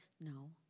No